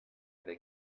they